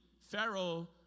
Pharaoh